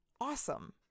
awesome